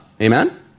Amen